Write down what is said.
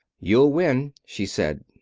you'll win, she said.